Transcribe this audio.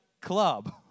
club